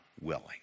willing